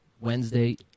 Wednesday